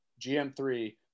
GM3